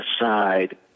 aside